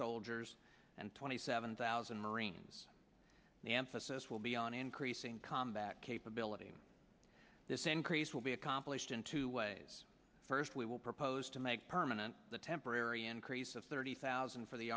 soldiers and twenty seven thousand marines the emphasis will be on increasing combat capability this increase will be accomplished in two ways first we will propose to make permanent the temporary increase of thirty thousand for the